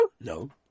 No